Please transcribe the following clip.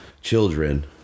children